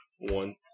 one